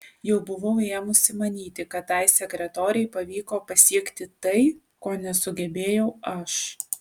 jau buvau ėmusi manyti kad tai sekretorei pavyko pasiekti tai ko nesugebėjau aš